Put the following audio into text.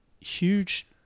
huge